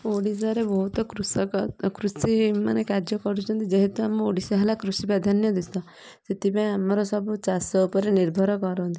ଓଡ଼ିଶାରେ ବହୁତ କୃଷକ କୃଷିମାନେ କାର୍ଯ୍ୟ କରୁଛନ୍ତି ଯେହେତୁ ଆମ ଓଡ଼ିଶା ହେଲା କୃଷି ପ୍ରାଧାନ୍ୟ ଦେଶ ସେଥିପାଇଁ ଆମର ସବୁ ଚାଷ ଉପରେ ନିର୍ଭର କରନ୍ତି